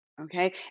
Okay